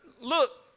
look